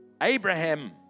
Abraham